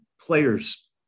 players